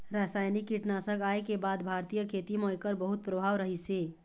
रासायनिक कीटनाशक आए के बाद भारतीय खेती म एकर बहुत प्रभाव रहीसे